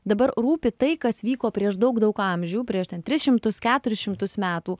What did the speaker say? dabar rūpi tai kas vyko prieš daug daug amžių prieš ten tris šimtus keturis šimtus metų